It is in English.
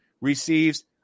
receives